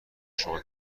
شما